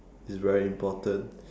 is very important